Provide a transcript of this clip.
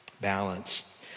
balance